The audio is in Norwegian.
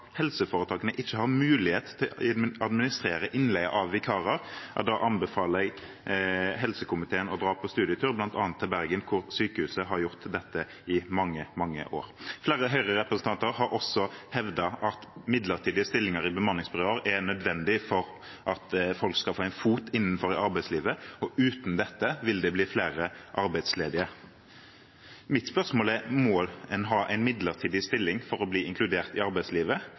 helseforetakene ikke har mulighet til å administrere innleie av vikarer. Da anbefaler jeg helsekomiteen å dra på studietur, bl.a. til Bergen, hvor sykehuset har gjort dette i mange, mange år. Flere Høyre-representanter har også hevdet at midlertidige stillinger i bemanningsbyråer er nødvendig for at folk skal få en fot innenfor arbeidslivet, og at uten dette vil det bli flere arbeidsledige. Mitt spørsmål er: Må en ha en midlertidig stilling for å bli inkludert i arbeidslivet?